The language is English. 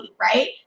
right